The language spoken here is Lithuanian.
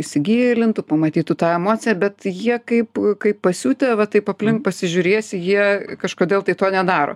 įsigilintų pamatytų tą emociją bet jie kaip kaip pasiutę va taip aplink pasižiūrėsi jie kažkodėl tai to nedaro